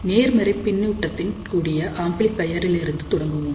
நேர்மறை பின்னூட்டத்துடன் கூடிய ஆம்ப்ளிபையர் லிருந்து தொடங்குவோம்